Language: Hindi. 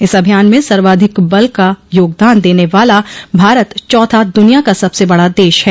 इस अभियान में सर्वाधिक बल का योगदान देने वाला भारत चौथा दुनिया का सबसे बड़ा देश है